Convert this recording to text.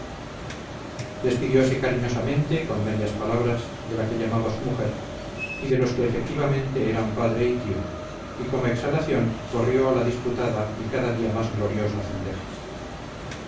ver despidiose cariñosamente con medias palabras de la que llamaba su mujer y de los que efectivamente eran padre y tío y como exhalación corrió a la disputada y cada día más gloriosa cendeja